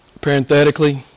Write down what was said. Parenthetically